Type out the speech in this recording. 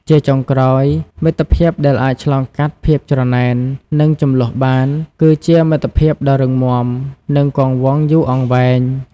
ជាចុងក្រោយ មិត្តភាពដែលអាចឆ្លងកាត់ភាពច្រណែន និងជម្លោះបាន គឺជាមិត្តភាពដ៏រឹងមាំ និងគង់វង្សយូរអង្វែង។